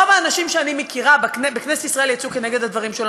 רוב האנשים שאני מכירה בכנסת ישראל יצאו נגד הדברים שלו.